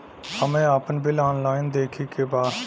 हमे आपन bill online देखे के बा?